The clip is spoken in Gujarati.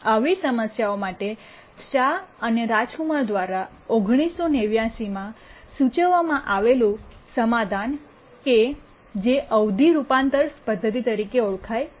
આવી સમસ્યાઓ માટે શા અને રાજ કુમાર દ્વારા ૧ ૯૮૯માં સૂચવવામાં આવેલું સમાધાન કે જે અવધિ રૂપાંતર પદ્ધતિ તરીકે ઓળખાય છે